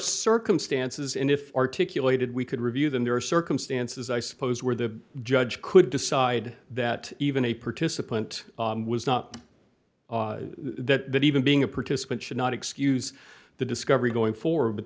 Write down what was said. circumstances in if articulated we could review them there are circumstances i suppose where the judge could decide that even a participant was not that even being a participant should not excuse the discovery going for